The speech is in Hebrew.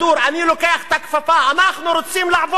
אני לוקח את הכפפה: אנחנו רוצים לעבוד,